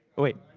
wait,